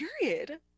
period